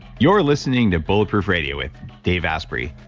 you're listening to bulletproof radio with dave asprey.